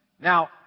Now